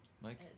Mike